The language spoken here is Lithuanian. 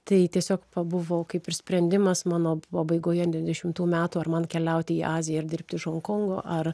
tai tiesiog pabuvau kaip ir sprendimas mano pabaigoje devyniasdešimtų metų ar man keliauti į aziją ir dirbti iš honkongo ar